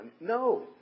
No